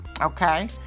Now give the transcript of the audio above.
okay